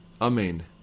Amen